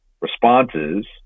responses